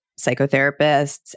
psychotherapists